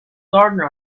gardener